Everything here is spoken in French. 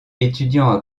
étudiant